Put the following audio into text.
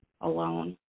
alone